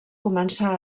començar